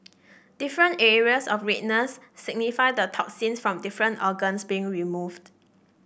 different areas of redness signify the toxins from different organs being removed